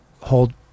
hold